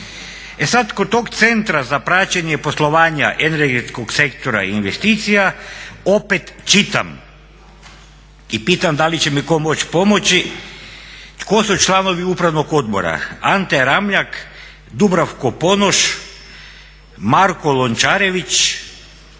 E sad kod tog Centra za praćenje poslovanja energetskog sektora i investicija opet čitam i pitam da li će mi tko moći pomoći tko su članovi Upravnog odbora Ante Ramljak, Dubravko Ponoš, Marko Lončarević